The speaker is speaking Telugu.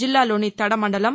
జిల్లాలోని తడ మండలం